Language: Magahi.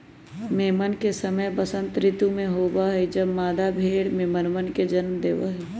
मेमन के समय वसंत ऋतु में होबा हई जब मादा भेड़ मेमनवन के जन्म देवा हई